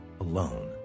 alone